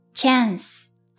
CHANCE